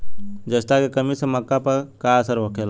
जस्ता के कमी से मक्का पर का असर होखेला?